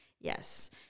Yes